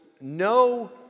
no